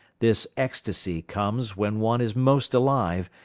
this ecstasy comes when one is most alive,